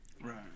Right